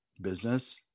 business